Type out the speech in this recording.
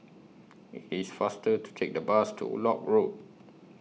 IT IS faster to Take The Bus to Lock Road